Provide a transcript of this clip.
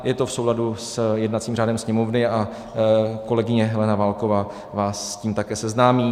Je to v souladu s jednacím řádem Sněmovny a kolegyně Helena Válková vás s tím také seznámí.